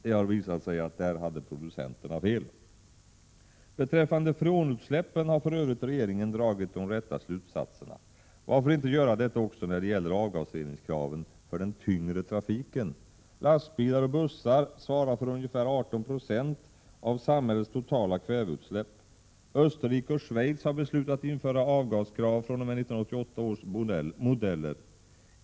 Det har visat sig att producenterna hade fel. Beträffande freonutsläppen har för övrigt regeringen dragit de rätta slutsatserna. Varför inte göra detta också när det gäller avgasreningskraven för den tyngre trafiken. Lastbilar och bussar svarar för ungefär 18 96 av samhällets totala kväveutsläpp. Österrike och Schweiz har beslutat att införa avgaskrav fr.o.m. 1988 års modeller.